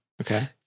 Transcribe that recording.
Okay